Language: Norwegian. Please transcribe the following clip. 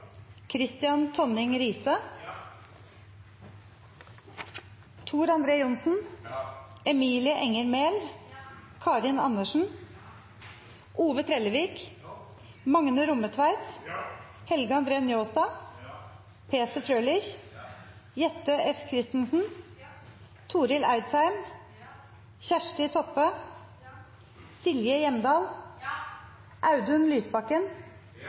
Kristian Tonning Riise, Tor André Johnsen, Emilie Enger Mehl, Karin Andersen, Ove Trellevik, Magne Rommetveit, Helge André Njåstad, Peter Frølich, Jette F. Christensen, Torill Eidsheim, Kjersti Toppe, Silje Hjemdal, Audun Lysbakken,